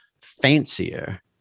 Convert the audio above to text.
fancier